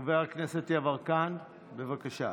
חבר הכנסת יברקן, בבקשה.